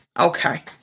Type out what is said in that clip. Okay